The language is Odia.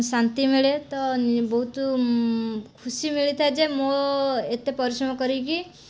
ଶାନ୍ତି ମିଳେ ତ ବହୁତ ଖୁସି ମିଳିଥାଏ ଯେ ମୋ' ଏତେ ପରିଶ୍ରମ କରିକି